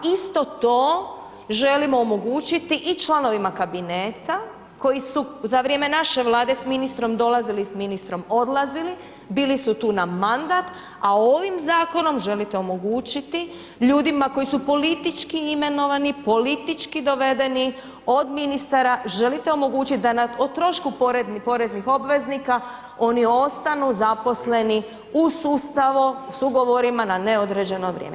Isto to želimo omogućiti i članovima kabineta koji su za vrijeme naše Vlade s ministrom dolazili, s ministrom odlazili, bili su tu na mandat a ovim zakonom želite omogućiti ljudima koji su politički imenovani, politički dovedeni od ministara, želite omogućiti da no trošku poreznih obveznika, oni ostanu zaposleni u sustavu s ugovorima na neodređeno vrijeme.